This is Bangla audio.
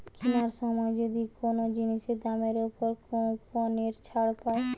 কিনার সময় যদি কোন জিনিসের দামের উপর কুপনের ছাড় পায়